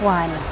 one